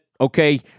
Okay